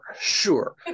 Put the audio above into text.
sure